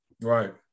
right